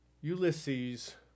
Ulysses